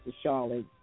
Charlotte